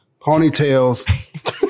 ponytails